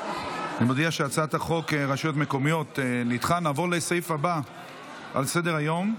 את הצעת חוק הרשויות המקומיות (מימון בחירות) (תיקון,